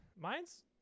Mine's